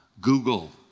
Google